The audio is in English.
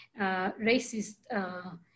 racist